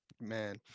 Man